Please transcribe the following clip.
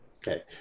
Okay